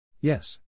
Yes